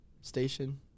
station